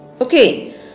okay